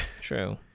True